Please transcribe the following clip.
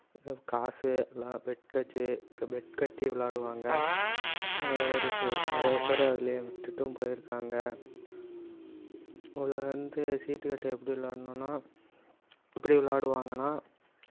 காசு எல்லாம் பெட் வச்சி பெட் கட்டி விளாடுவாங்க ஒரு சிலர் நிறையா பேர் அதில் விட்டுட்டும் போயிருக்காங்க முதல்ல வந்து சீட்டுக்கட்டு எப்படி விளையாடணுன்னா எப்படி விளாடுவாங்கனா